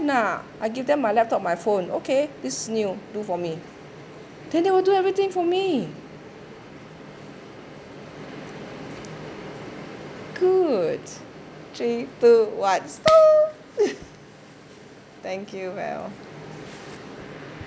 nah I give them my laptop my phone okay this is new do for me then they will do everything for me good three two one stop thank you well